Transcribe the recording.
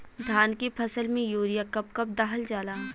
धान के फसल में यूरिया कब कब दहल जाला?